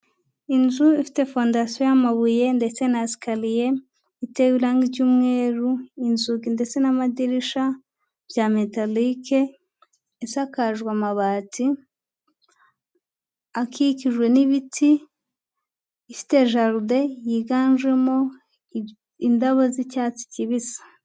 Inzu ifite fondasiyo amabuye ndetse na sikariye, itewe irangi ry'umweru inzugi ndetse n'amadirisha bya metalic, isakajwe amabati akikijwe n'ibiti, ifite jaride yiganjemo indabo z'icyatsi kibisi.